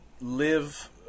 live